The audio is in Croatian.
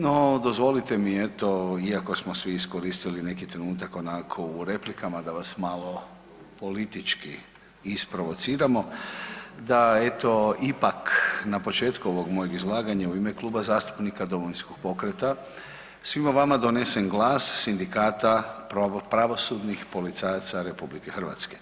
No dozvolite mi eto iako smo svi iskoristili neki trenutak onako u replikama da vas malo politički isprovociramo da eto ipak na početku ovog mojeg izlaganja u ime Kluba zastupnika Domovinskog pokreta svima vama donesem glas Sindikata pravosudnih policajaca Republike Hrvatske.